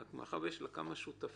אך מאחר שיש לה כמה שותפים,